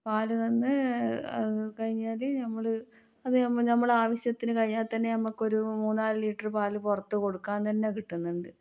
പാല് തന്ന് അത് കഴിഞ്ഞാൽ ഞമ്മള് അത് ഞമ്മള് ആവശ്യത്തിന് കഴിഞ്ഞാൽ തന്നെ ഞമ്മക്ക് ഒരു മൂന്നാല് ലിറ്റർ പാൽ പുറത്ത് കൊടുക്കാൻ തന്നെ കിട്ടുന്നുണ്ട്